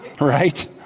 right